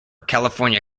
california